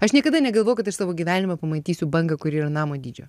aš niekada negalvojau kad aš savo gyvenime pamatysiu bangą kuri yra namo dydžio